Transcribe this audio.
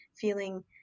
feeling